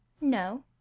No